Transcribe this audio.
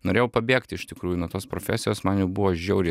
norėjau pabėgti iš tikrųjų nuo tos profesijos man jau buvo žiauriai